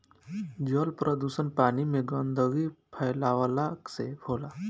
जल प्रदुषण पानी में गन्दगी फैलावला से होला